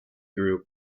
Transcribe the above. group